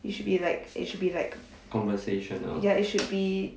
you should be like it should be like ya it should be